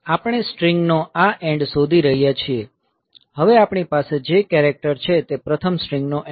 આપણે સ્ટ્રીંગ નો આ એન્ડ શોધી રહ્યા છીએ હવે આપણી પાસે જે કેરેક્ટર છે તે પ્રથમ સ્ટ્રીંગનો એન્ડ નથી